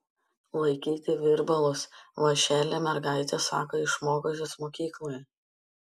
laikyti virbalus vąšelį mergaitės sako išmokusios mokykloje